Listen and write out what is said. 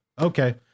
Okay